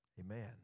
Amen